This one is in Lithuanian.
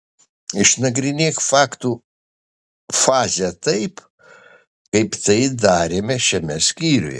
išnagrinėk faktų fazę taip kaip tai darėme šiame skyriuje